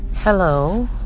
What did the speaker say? Hello